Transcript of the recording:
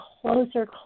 closer